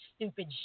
stupid